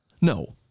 No